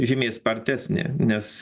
žymiai spartesnė nes